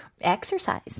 exercise